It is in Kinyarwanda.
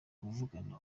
kuvugana